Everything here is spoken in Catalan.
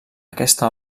aquesta